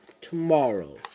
tomorrow